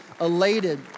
elated